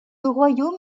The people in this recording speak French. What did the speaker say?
royaume